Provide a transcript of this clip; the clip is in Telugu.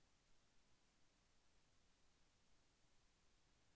పెస్ట్ మేనేజ్మెంట్ నిర్వచనం ఏమిటి?